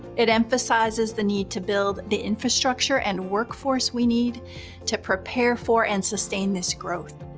it emphasizes the need to build the infrastructure and workforce we need to prepare for and sustain this growth.